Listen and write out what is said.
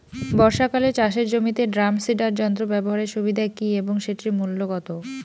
বর্ষাকালে চাষের জমিতে ড্রাম সিডার যন্ত্র ব্যবহারের সুবিধা কী এবং সেটির মূল্য কত?